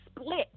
split